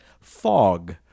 fog